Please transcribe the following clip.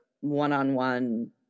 one-on-one